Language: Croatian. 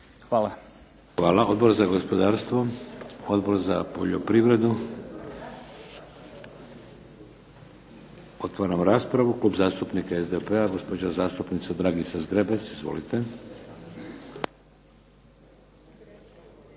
(HDZ)** Hvala. Odbor za gospodarstvo? Odbor za poljoprivredu? Otvaram raspravu. Klub zastupnika SDP-a gospođa zastupnica Dragica Zgrebec. Izvolite.